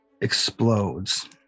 explodes